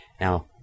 Now